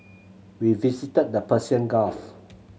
we visited the Persian Gulf